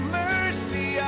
mercy